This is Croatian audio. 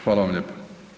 Hvala vam lijepo.